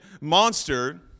monster